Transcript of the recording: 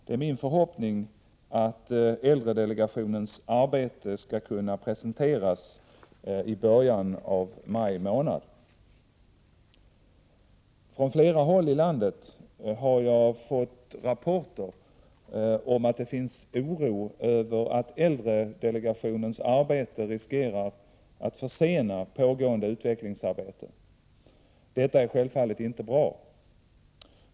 Det är min förhoppning att äldredelegationens arbete skall kunna presenteras i början av maj månad. Från flera håll i landet har jag fått rapporter om att det finns oro över att äldredelegationens arbete riskerar att försena pågående utvecklingsarbete. Detta är självfallet inte bra.